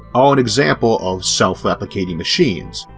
are an example of self-replicating machines,